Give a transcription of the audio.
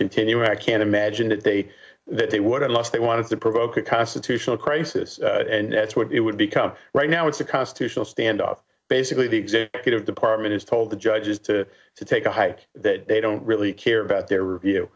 continuing i can't imagine that they that they would at last they want to provoke a constitutional crisis and that's what it would become right now it's a constitutional standoff basically the executive department has told the judges to take a hike that they don't really care about their review